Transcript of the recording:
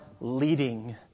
leading